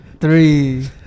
Three